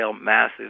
massive